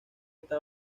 está